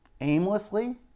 Aimlessly